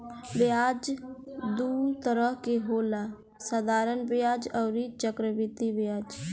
ब्याज दू तरह के होला साधारण ब्याज अउरी चक्रवृद्धि ब्याज